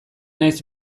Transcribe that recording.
naiz